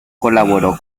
colaboró